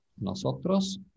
Nosotros